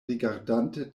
rigardante